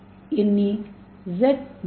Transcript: A Z D